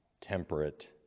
temperate